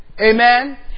Amen